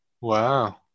Wow